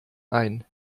ein